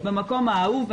במקום האהוב,